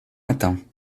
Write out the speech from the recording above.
matins